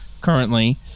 currently